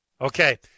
Okay